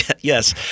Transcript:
yes